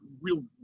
real